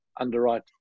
underwrite